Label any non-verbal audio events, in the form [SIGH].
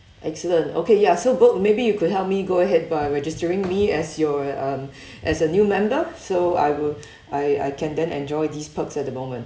excellent okay ya so bo~ maybe you could help me go ahead by registering me as your um [BREATH] as a new member so I will [BREATH] I I can then enjoy these perks at the moment